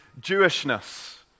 Jewishness